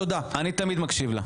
אני תמיד מקשיב לה.